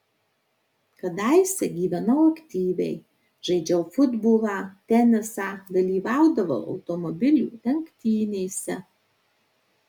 kadaise gyvenau aktyviai žaidžiau futbolą tenisą dalyvaudavau automobilių lenktynėse